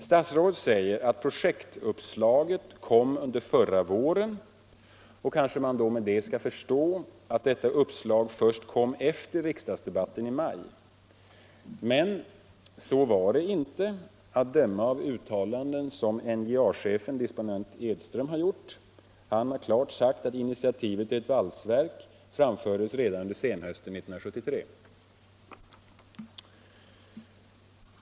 Statsrådet säger att projektuppslaget kom under förra våren, och kanske man med det skall förstå att detta uppslag kom först efter riksdagsdebatten i maj. Men så var det inte att döma av uttalanden som NJA chefen disponent Edström har gjort. Han har klart sagt att initiativet till ett valsverk framfördes redan under senhösten 1973.